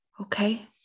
okay